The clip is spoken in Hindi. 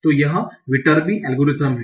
तो यह विटरबी एल्गोरिथ्म है